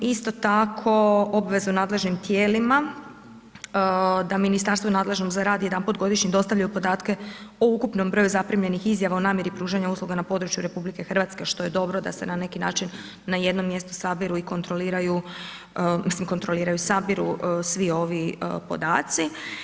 Isto tako obvezu nadležnim tijelima, da ministarstvu nadležnom za rad jedanput godišnje dostavljaju podatke o ukupnom broju zaprimljenih izjava o namjeri pružanja usluga na području RH što je dobro da se na neki način na jedno mjestu sabiru i kontroliraju, mislim kontroliraju, sabiru svi ovi podaci.